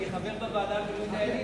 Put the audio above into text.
אני חבר בוועדה למינוי דיינים,